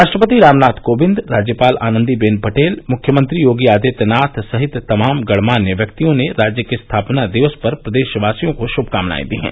राष्ट्रपति रामनाथ कोविंद राज्यपाल आनन्दीबेन पटेल मुख्यमंत्री योगी आदित्यनाथ सहित तमाम गणमान्य व्यक्तियों ने राज्य के स्थापना दिवस पर प्रदेशवासियों को श्मकामनाएं दी हैं